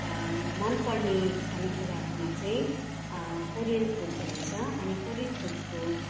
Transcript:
मनपर्ने खानेकुराहरूमा चाहिँ कोरियन फुड्सहरू छ अनि कोरियन फुड्सको